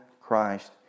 Christ